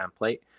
template